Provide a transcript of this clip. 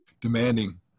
demanding